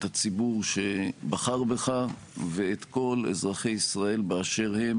הציבור שבחר בך ואת כל אזרחי ישראל באשר הם